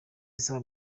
isaba